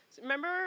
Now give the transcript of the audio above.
Remember